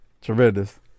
Tremendous